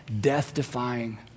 death-defying